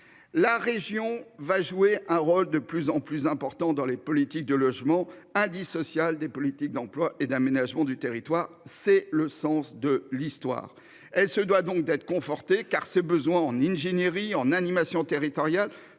La région va jouer un rôle de plus en plus important dans les politiques de logement indissociable des politiques d'emploi et d'aménagement du territoire. C'est le sens de l'histoire, elle se doit donc d'être conforté, car ce besoin en ingénierie en animation territoriale,